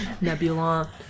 Nebula